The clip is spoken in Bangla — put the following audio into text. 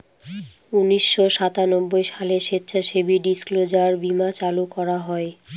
উনিশশো সাতানব্বই সালে স্বেচ্ছাসেবী ডিসক্লোজার বীমা চালু করা হয়